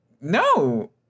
No